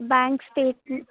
bank statement